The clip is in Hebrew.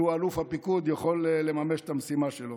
שהוא אלוף הפיקוד, יכול לממש את המשימה שלו.